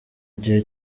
gihe